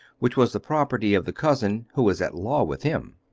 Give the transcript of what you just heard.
which was the property of the cousin who was at law with him.